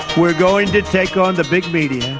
we're going to take on the big media,